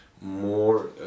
more